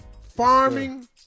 farming